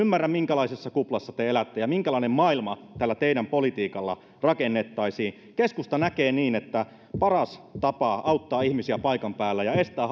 ymmärrä minkälaisessa kuplassa te elätte ja minkälainen maailma tällä teidän politiikallanne rakennettaisiin keskusta näkee niin että paras tapa auttaa ihmisiä paikan päällä ja estää